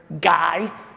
guy